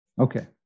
Okay